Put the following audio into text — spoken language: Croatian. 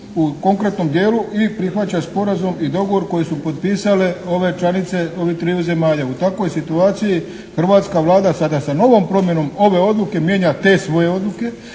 u konkretnom dijelu i prihvaća sporazum i dogovor kojeg su potpisale ove članice ovi triju zemalja. U takvoj situaciji hrvatska Vlada sada sa novom promjenom ove odluke mijenja te svoje odluke